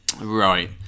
Right